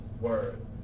word